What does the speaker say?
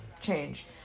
change